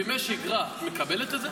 בימי שגרה את מקבלת את זה,